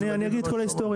אני אגיד את כל ההיסטוריה.